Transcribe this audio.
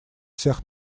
всех